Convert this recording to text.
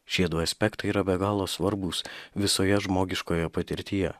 šie du aspektai yra be galo svarbūs visoje žmogiškoje patirtyje